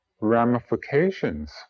ramifications